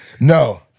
No